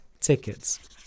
tickets